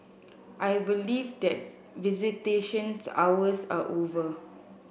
I believe that visitations hours are over